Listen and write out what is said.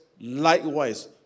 likewise